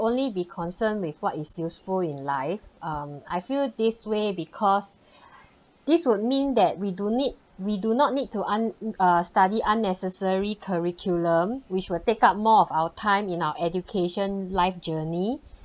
only be concerned with what is useful in life um I feel this way because this would mean that we don't need we do not need to un~ err study unnecessary curriculum which will take up more of our time in our education life journey